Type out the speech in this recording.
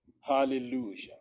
Hallelujah